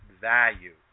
value